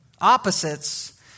Opposites